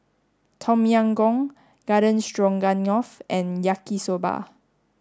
Tom Yam Goong Garden Stroganoff and Yaki Soba